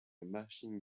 marching